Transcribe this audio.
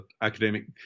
academic